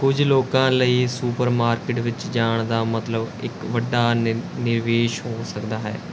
ਕਝ ਲੋਕਾਂ ਲਈ ਸੁਪਰਮਾਰਕਿਟ ਵਿੱਚ ਜਾਣ ਦਾ ਮਤਲਬ ਇੱਕ ਵੱਡਾ ਨਿ ਨਿਵੇਸ਼ ਹੋ ਸਕਦਾ ਹੈ